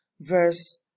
verse